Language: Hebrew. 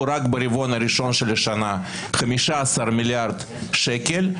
רק ברבעון הראשון של השנה 15 מיליארד שקל.